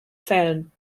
zählen